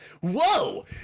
whoa